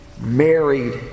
married